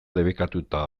debekatuta